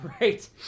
right